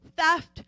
theft